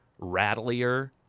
rattlier